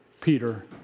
Peter